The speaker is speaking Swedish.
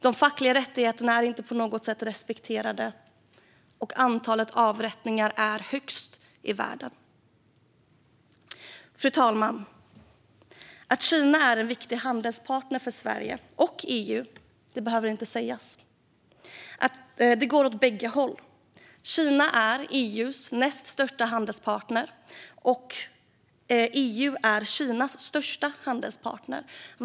De fackliga rättigheterna är inte på något sätt respekterade, och antalet avrättningar är högst i världen. Fru talman! Att Kina är en viktig handelspartner för Sverige och EU behöver inte sägas. Det går åt bägge håll. Kina är EU:s näst största handelspartner, och EU är Kinas största handelspartner.